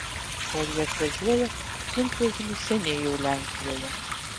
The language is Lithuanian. kol jie atvažiuoja sunkvežimis seniai jau lenkijoje